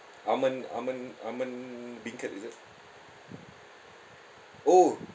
arman arman arman beancurd is it oh